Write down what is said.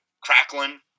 crackling